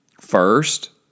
First